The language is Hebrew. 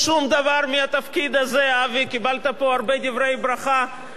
קיבלת פה הרבה דברי ברכה מחבריך לסיעה לשעבר.